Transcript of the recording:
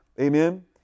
Amen